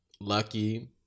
Lucky